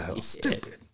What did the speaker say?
Stupid